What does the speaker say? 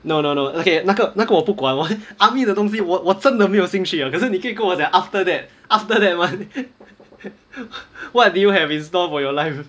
no no no okay 那个那个我不管我 army 的东西我我真的没有兴趣啊可是你可以跟我讲 after that after that [one] what do you have in store for your life